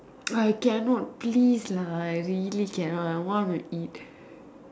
I cannot please lah I really cannot I want to eat